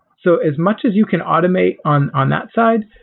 so as much as you can automate on on that side,